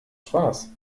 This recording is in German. spaß